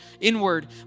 inward